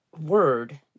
word